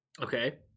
Okay